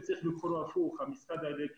בוקר טוב לכולם, אני מתכבד לפתוח את ישיבת הוועדה.